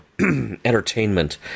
entertainment